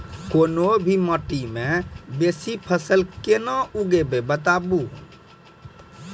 कूनू भी माटि मे बेसी फसल कूना उगैबै, बताबू?